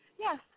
Yes